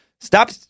Stop